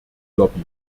lobby